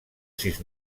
sis